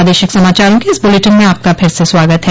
प्रादेशिक समाचारों के इस बुलेटिन में आपका फिर से स्वागत है